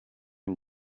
une